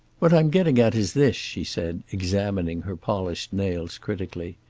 what i'm getting at is this, she said, examining her polished nails critically.